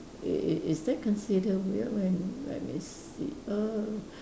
is is that considered weird when let me see err